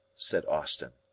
said austin.